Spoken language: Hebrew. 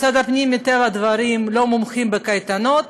משרד הפנים, מטבע הדברים, לא מומחה בקייטנות,